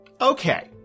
Okay